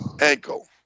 ankle